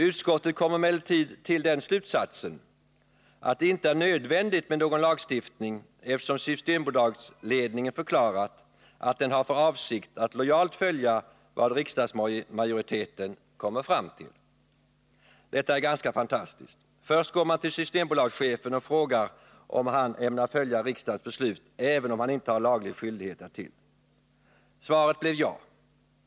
Utskottet kommer emellertid till den slutsatsen att det inte är nödvändigt med någon lagstiftning, eftersom Systembolagsledningen förklarat att den har för avsikt att lojalt följa vad riksdagsmajoriteten kommer fram till. Detta är ganska fantastiskt. Först går man till Systembolagschefen och frågar om han ämnar följa riksdagens beslut även om han inte har laglig skyldighet därtill. Svaret blev ja.